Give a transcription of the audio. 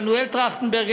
מנואל טרכטנברג,